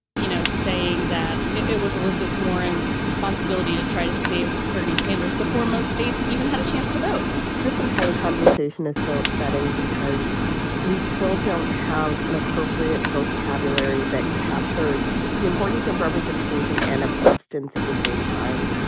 you know, saying that it was elizabeth warren's responsibility to try to save bernie sanders before most states even had a chance to vote this entire conversation is so upsetting because we still don't have an appropriate vocabulary that captures the importance of representation and of substance at the same time.